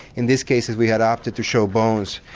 in these cases we had opted to show bones,